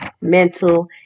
mental